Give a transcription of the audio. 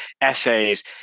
essays